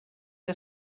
que